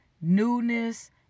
newness